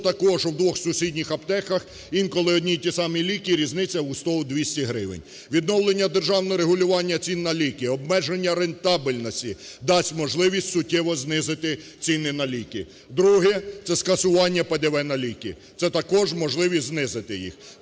що в двох сусідніх аптеках інколи одні і ті самі ліки – різниця у 100, у 200 гривень. Відновлення державного регулювання цін на ліки, обмеження рентабельності дасть можливість суттєво знизити ціни на ліки. Друге – це скасування ПДВ на ліки, це також можливість знизити їх.